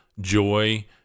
joy